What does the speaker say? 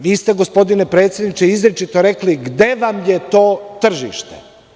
Vi ste, gospodine predsedniče, izričito rekli gde vam je to tržište.